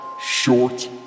Short